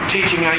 teaching